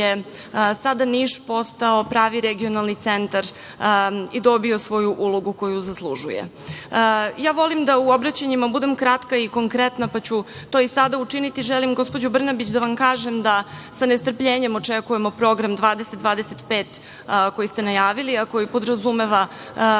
sada Niš postao pravi regionalni centar i dobio svoju ulogu koju zaslužuje. Volim da u obraćanjima budem kratka i konkretna, pa ću to i sada učiniti. Želim, gospođo Brnabić, da vam kažem da sa nestrpljenjem očekujemo Program 2025, koji ste najavili, a koji podrazumeva